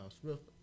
Smith